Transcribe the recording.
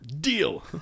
Deal